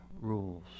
rules